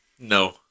No